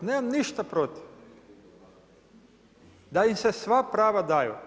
Nemam ništa protiv, da im se sva prava daju.